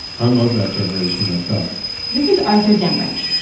i'm of that generation myself this is arthur daemmrich.